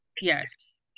Yes